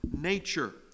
nature